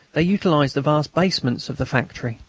they utilised the vast basements of the factory.